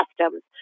customs